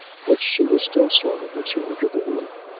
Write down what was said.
which she was still sorting when she entered the room.